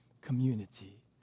community